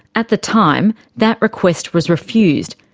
at the time that request was refused.